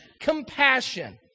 compassion